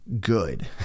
good